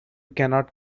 cannot